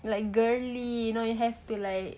like girly you know you have to like